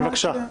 כן, בבקשה.